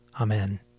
Amen